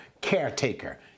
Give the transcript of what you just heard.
caretaker